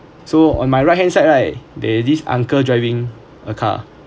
so on my right hand side right there's this uncle driving a car